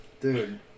Dude